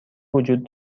وجود